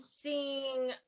seeing